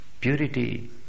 purity